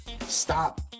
stop